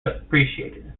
appreciated